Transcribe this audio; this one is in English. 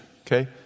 okay